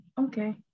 okay